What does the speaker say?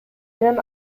менен